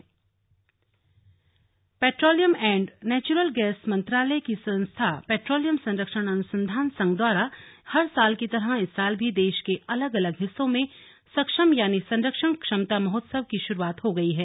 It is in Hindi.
IIP petroleum and natural gas मंत्रालय की संस्था पैट्रोलियम संरक्षण अनुसंधान संघ द्वारा हर साल की तरह इस साल भी देश के अलग अलग हिस्सों में सक्षम यानि संरक्षण क्षमता महोत्सव की शुरुआत हो गई है